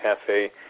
Cafe